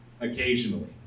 occasionally